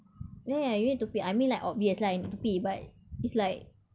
ya ya you need to pay I mean like obvious lah you need to pay but it's like